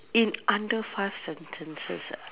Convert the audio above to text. in under five sentences ah